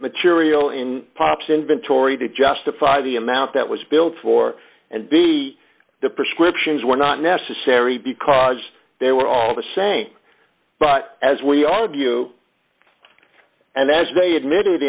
material and pops inventory to justify the amount that was billed for and be the prescriptions were not necessary because they were all the same but as we argue and as they admitted